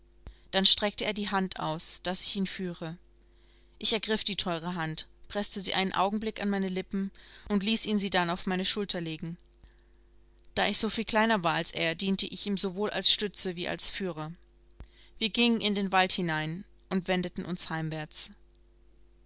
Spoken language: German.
dann streckte er die hand aus daß ich ihn führe ich ergriff die teure hand preßte sie einen augenblick an meine lippen und ließ ihn sie dann auf meine schulter legen da ich soviel kleiner war als er diente ich ihm sowohl als stütze wie als führer wir gingen in den wald hinein und wendeten uns heimwärts